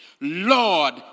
Lord